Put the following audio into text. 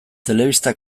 telebista